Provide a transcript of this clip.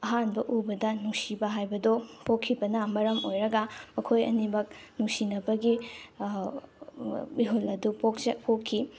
ꯑꯍꯥꯟꯕ ꯎꯕꯗ ꯅꯨꯡꯁꯤꯕ ꯍꯥꯏꯕꯗꯣ ꯄꯣꯛꯈꯤꯕꯅ ꯃꯔꯝ ꯑꯣꯏꯔꯒ ꯃꯈꯣꯏ ꯑꯅꯤꯃꯛ ꯅꯨꯡꯁꯤꯅꯕꯒꯤ ꯃꯤꯍꯨꯜ ꯑꯗꯣ ꯄꯣꯛꯈꯤ